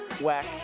Whack